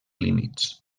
límits